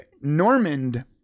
Normand